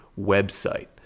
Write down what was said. website